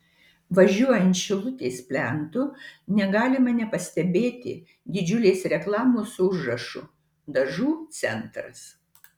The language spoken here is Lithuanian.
važiuojant šilutės plentu negalima nepastebėti didžiulės reklamos su užrašu dažų centras